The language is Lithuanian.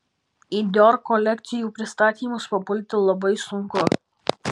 į dior kolekcijų pristatymus papulti labai sunku